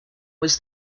was